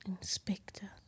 inspector